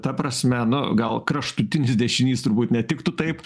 ta prasme nu gal kraštutinis dešinys turbūt netiktų taip